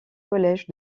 college